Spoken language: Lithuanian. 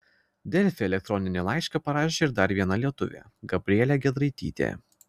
delfi elektroninį laišką parašė ir dar viena lietuvė gabrielė giedraitytė